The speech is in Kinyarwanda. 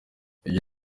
ibyo